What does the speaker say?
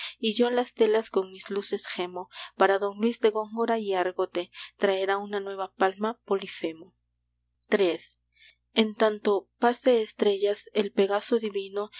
y yo las telas con mis luces gemo para don luis de góngora y argote traerá una nueva palma polifemo iii en tanto pace estrellas el pegaso divino